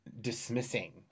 dismissing